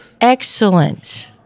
Excellent